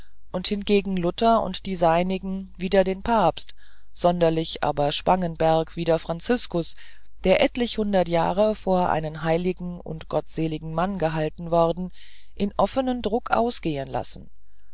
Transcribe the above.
und hingegen luther und die seinige wider den papst sonderlich aber spangenberg wider franziskum der etliche hundert jahre vor einen heiligen und gottseligen mann gehalten worden in offenen druck ausgehen lassen